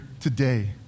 today